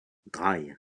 drei